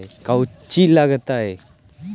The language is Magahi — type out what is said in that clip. कौची लगतय?